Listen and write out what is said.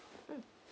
mm